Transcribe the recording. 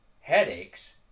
headaches